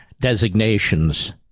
designations